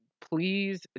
please